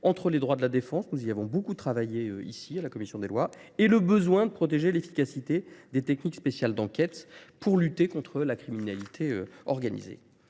entre les droits de la défense, nous y avons beaucoup travaillé ici à la Commission des lois, et le besoin de protéger l'efficacité des techniques spéciales d'enquête pour lutter contre la criminalité organisée.